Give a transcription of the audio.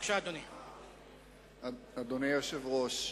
אדוני היושב-ראש,